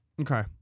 Okay